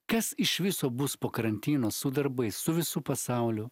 kas iš viso bus po karantino su darbais su visu pasauliu